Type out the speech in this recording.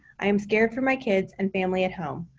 i am scared for my kids and family at home.